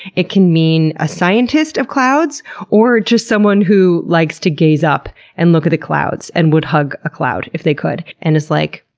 it can mean a scientist of clouds or just someone who likes to gaze up and look at the clouds, and would hug a cloud if they could, and is like,